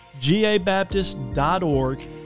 gabaptist.org